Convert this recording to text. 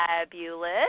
fabulous